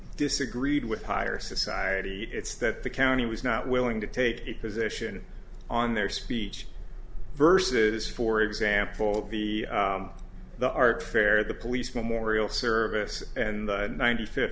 disagreed with higher society it's that the county was not willing to take a position on their speech versus for example the the art fair the police memorial service and ninety fifth